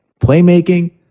playmaking